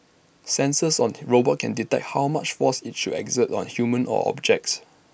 sensors on the robot can detect how much force IT should exert on humans or objects